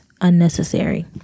unnecessary